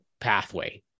pathway